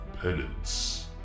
penance